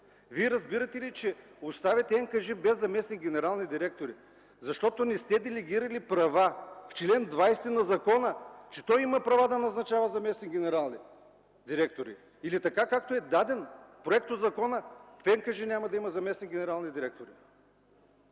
вие разбирате ли, че оставяте НКЖИ без заместник-генерални директори, защото не сте делегирали права – в чл. 20 на закона, че той има права да назначава заместник-генералните директори. Или така, както е даден проектозаконът – в НКЖИ няма да има заместник-генерални директори,